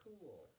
cool